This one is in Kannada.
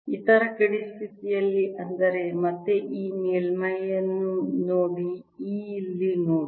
ಇತರ ಗಡಿ ಸ್ಥಿತಿಯಲ್ಲಿ ಅಂದರೆ ಮತ್ತೆ ಈ ಮೇಲ್ಮೈಯನ್ನು ನೋಡಿ E ಇಲ್ಲಿ ನೋಡಿ